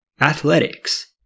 athletics